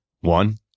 One